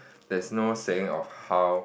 there's no saying of how